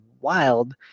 wild